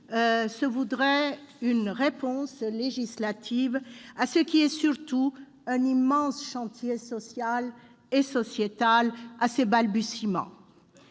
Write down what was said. d'apporter une réponse législative à ce qui est surtout un immense chantier social et sociétal à ses balbutiements